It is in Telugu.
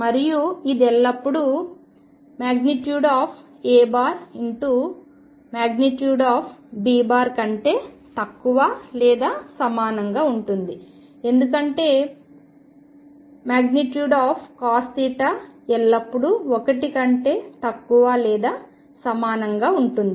మరియు ఇది ఎల్లప్పుడూ |A |B కంటే తక్కువ లేదా సమానంగా ఉంటుంది ఎందుకంటే |cos |ఎల్లప్పుడూ 1 కంటే తక్కువ లేదా సమానంగా ఉంటుంది